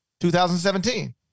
2017